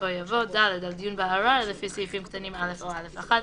בסופו יבוא: "(ד)על דיון בערר לפי סעיפים קטנים (א) או (א1),